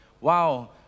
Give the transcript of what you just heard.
wow